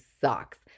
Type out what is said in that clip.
sucks